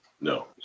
no